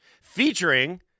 featuring